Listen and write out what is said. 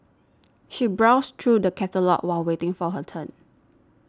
she browsed through the catalogues while waiting for her turn